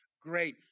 Great